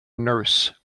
nurse